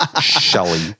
Shelly